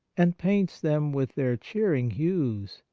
and paints them with their cheering hues,